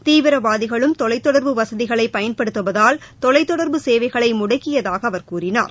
தீவிரவாதிகளும் தொலைத்தொடர்பு வசதிகளை பயன்படுத்துவதால் தொலைத்தொடர்பு சேவைகளை முடக்கியதாக அவர் கூறினார்